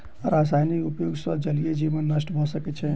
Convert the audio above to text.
रासायनिक उपयोग सॅ जलीय जीवन नष्ट भ सकै छै